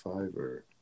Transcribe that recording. Fiverr